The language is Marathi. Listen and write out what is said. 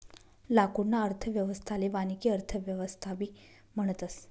लाकूडना अर्थव्यवस्थाले वानिकी अर्थव्यवस्थाबी म्हणतस